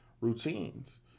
routines